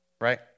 right